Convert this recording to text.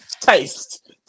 taste